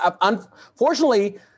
Unfortunately